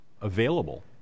available